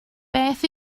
beth